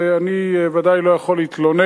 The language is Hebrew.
אני ודאי לא יכול להתלונן.